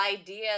idea